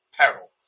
peril